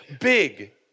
big